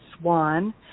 swan